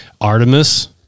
Artemis